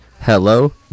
Hello